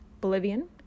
Bolivian